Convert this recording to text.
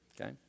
okay